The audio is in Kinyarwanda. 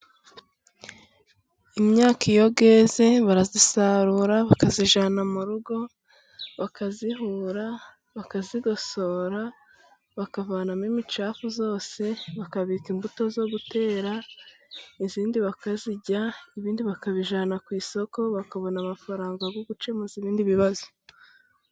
Imyaka iyo yeze barayisarura bakayijyana mu rugo, bakayihura, bakayigosora bakavanamo imicafu yose, bakabika imbuto yo gutera, ibindi bakabirya ibindi bakabijyana ku isoko, bakabona amafaranga yo gukemuza ibindi bibazo.